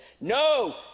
No